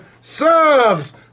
subs